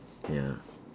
ya